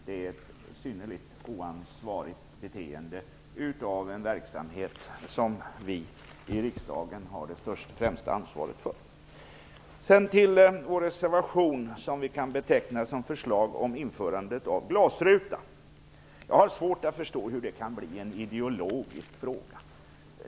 Det vore synnerligen oansvarigt om vi i riksdagen inte ingrep mera mot narkotikan. Sedan till vår reservation, som vi kan beteckna som förslag om införande av glasruta. Jag har svårt att förstå hur det kan bli en ideologisk fråga.